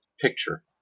picture